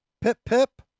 Pip-pip